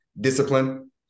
discipline